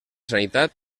sanitat